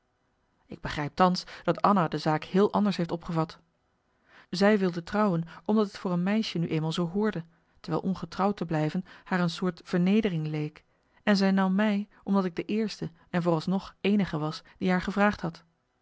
ik begrijp thans dat anna de zaak heel anders heeft opgevat zij wilde trouwen omdat het voor een meisje nu eenmaal zoo hoorde terwijl ongetrouwdte blijven haar een soort vernedering leek en zij nam mij omdat ik de eerste en vooralsnog eenige was die haar gevraagd had